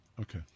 Okay